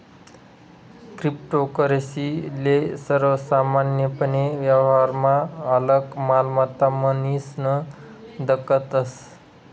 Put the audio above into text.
cryptocurrency ले सर्वसामान्यपने व्यवहारमा आलक मालमत्ता म्हनीसन दखतस